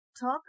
Talk